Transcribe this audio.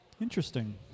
Interesting